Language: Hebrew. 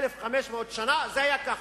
1,500 שנה זה היה ככה,